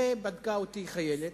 ובדקה אותי חיילת,